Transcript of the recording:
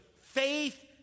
faith